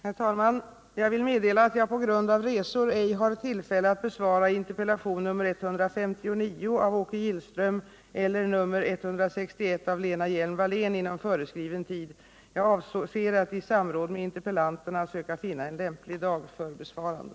Herr talman! Jag vill meddela att jag på grund av resor ej har tillfälle att besvara interpellationerna 1977 78:161 av Lena Hjelm-Wallén inom föreskriven tid. Jag avser emellertid att i samråd med interpellanterna söka finna en lämplig dag för besvarande.